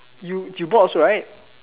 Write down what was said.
you you bought also right